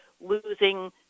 losing